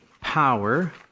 power